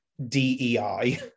DEI